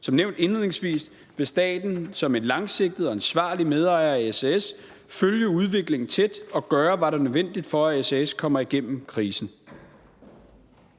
Som nævnt indledningsvis vil staten som en langsigtet og ansvarlig medejer af SAS følge udviklingen tæt og gøre, hvad der er nødvendigt, for at SAS kommer igennem krisen.